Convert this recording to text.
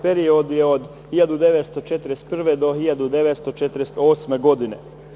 Period je od 1941. do 1948. godine.